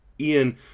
Ian